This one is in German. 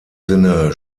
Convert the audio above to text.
sinne